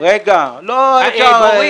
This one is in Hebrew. לא, אפשר.